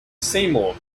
seymour